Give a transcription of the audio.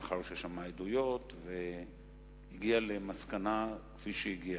לאחר ששמעה עדויות והגיעה למסקנה כפי שהגיעה.